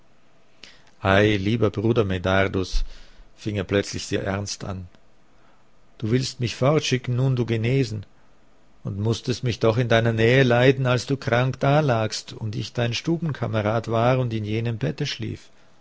lieber bruder medardus fing er plötzlich sehr ernst an du willst mich fortschicken nun du genesen und mußtest mich doch in deiner nähe leiden als du krank dalagst und ich dein stubenkamerad war und in jenem bette schlief